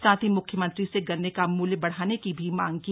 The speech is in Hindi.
साथ ही म्ख्यमंत्री से गन्ने का मूल्य बढ़ाने की भी मांग की